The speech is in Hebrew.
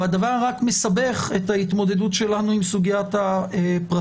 והדבר רק מסבך את ההתמודדות שלנו עם סוגיית הפרטיות.